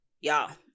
y'all